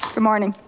good morning.